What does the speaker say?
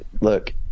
Look